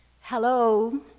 Hello